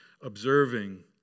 observing